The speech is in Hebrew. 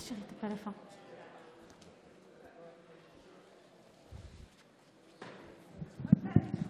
חברת הכנסת פינטו,